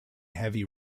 heavy